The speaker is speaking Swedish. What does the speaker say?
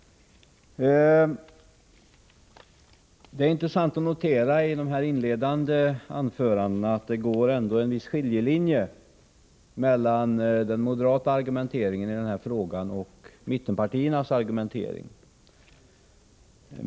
Det är intressant att notera att det i de inledande anförandena ändå går en skiljelinje mellan den moderata argumenteringen i denna fråga och mittenpartiernas argumentering.